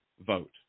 vote